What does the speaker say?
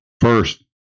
first